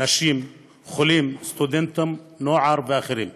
נשים, חולים, סטודנטים, נוער ואחרים.